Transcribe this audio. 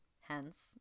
hence